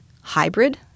hybrid